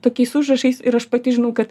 tokiais užrašais ir aš pati žinau kad